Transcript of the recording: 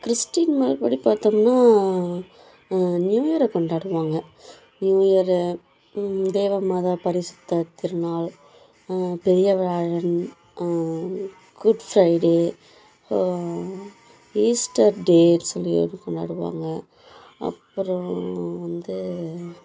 Christian முறைப்படி பார்த்தோம்ன்னா new year கொண்டாடுவாங்க நியூயர் தேவ மாதா பரிசுத்தம் திருநாள் பெரிய வியாழன் குட் ஃப்ரைடே ஈஸ்டர் டேஸ் சொல்லி ஒன்று கொண்டாடுவாங்க அப்பறம் வந்து